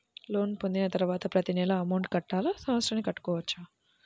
Loan పొందిన తరువాత ప్రతి నెల అమౌంట్ కట్టాలా? సంవత్సరానికి కట్టుకోవచ్చా?